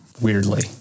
Weirdly